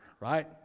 right